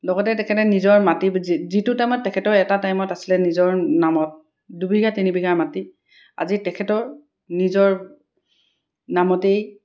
লগতে তেখেতে নিজৰ মাটি যি যিটো টাইমত তেখেতৰ এটা টাইমত আছিলে নিজৰ নামত দুবিঘা তিনি বিঘা মাটি আজি তেখেতৰ নিজৰ নামতেই